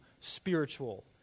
spiritual